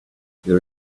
there